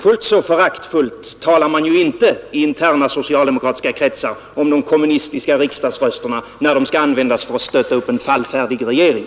Fullt så föraktfullt talar man inte i interna socialdemokratiska kretsar om de kommunistiska riksdagsrösterna, när de skall användas till att stötta upp en fallfärdig regering.